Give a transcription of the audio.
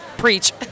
Preach